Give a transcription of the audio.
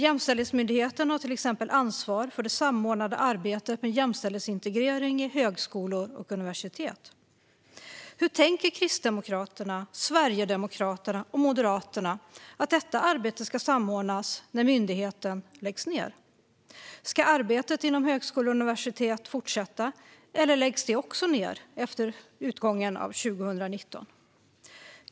Jämställdhetsmyndigheten har till exempel ansvar för det samordnande arbetet med jämställdhetsintegrering i högskolor och universitet. Hur tänker Kristdemokraterna, Sverigedemokraterna och Moderaterna att detta arbete ska samordnas när myndigheten läggs ned? Ska arbetet inom högskolor och universitet fortsätta, eller läggs det också ned efter utgången av 2019?